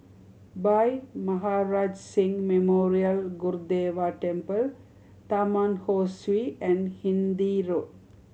Bhai Maharaj Singh Memorial Gurdwara Temple Taman Ho Swee and Hindhede Road